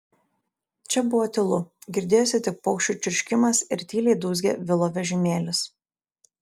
čia buvo tylu girdėjosi tik paukščių čirškimas ir tyliai dūzgė vilo vežimėlis